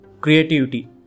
Creativity